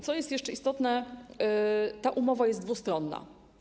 Co jest jeszcze istotne, ta umowa jest dwustronna.